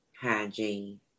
hygiene